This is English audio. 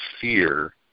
fear